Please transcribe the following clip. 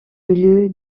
milieu